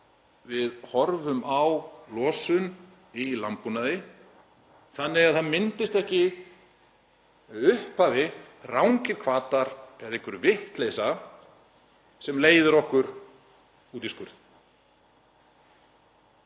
við horfum á losun í landbúnaði þannig að það myndist ekki í upphafi rangir hvatar eða einhver vitleysa sem leiðir okkur út í skurð.